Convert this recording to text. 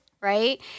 right